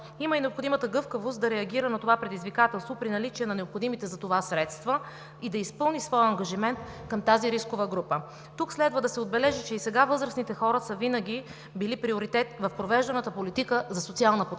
има и необходимата гъвкавост да реагира на това предизвикателство при наличие на необходимите за това средства и да изпълни своя ангажимент към тази рискова група. Тук следва да се отбележи, че и сега възрастните хора винаги са били приоритет в провежданата политика за социална подкрепа.